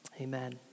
amen